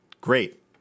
great